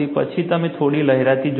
પછી તમે થોડી લહેરાતી જોઈ